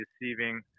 deceiving